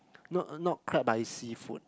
not not crab but is seafood